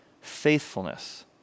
faithfulness